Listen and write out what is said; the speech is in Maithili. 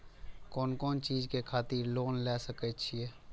कोन कोन चीज के खातिर लोन ले सके छिए?